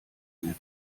mehr